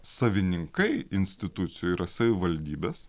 savininkai institucijų yra savivaldybės